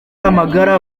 amagara